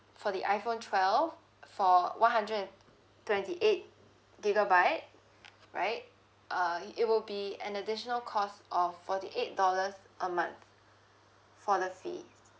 for the iPhone twelve for one hundred and twenty eight gigabyte right uh it it will be an additional cost of forty eight dollars a month for the fee